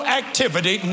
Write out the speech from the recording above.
activity